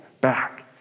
back